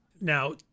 now